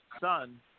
son